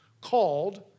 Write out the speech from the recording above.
called